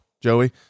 joey